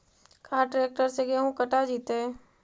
का ट्रैक्टर से गेहूं कटा जितै?